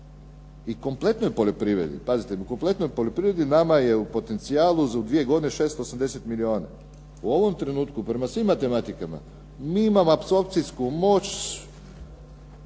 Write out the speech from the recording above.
i kompletnoj poljoprivredi. Pazite, u kompletnoj poljoprivredi nama je u potencijalu za dvije godina 680 milijuna. U ovom trenutku prema svim matematikama mi imamo apsorpcijsku moć